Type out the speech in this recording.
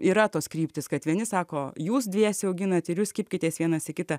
yra tos kryptys kad vieni sako jūs dviese auginat ir jūs kibkitės vienas į kitą